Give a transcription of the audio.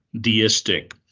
deistic